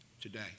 today